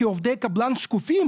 כי עובדי קבלן שקופים?